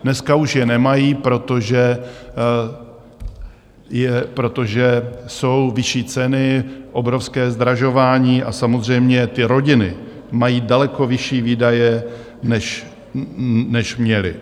Dneska už je nemají, protože jsou vyšší ceny, obrovské zdražování, a samozřejmě ty rodiny mají daleko vyšší výdaje, než měly.